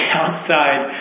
outside